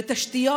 בתשתיות.